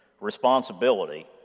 responsibility